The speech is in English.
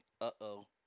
Uh-oh